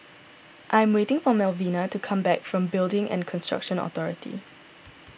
I am waiting for Malvina to come back from Building and Construction Authority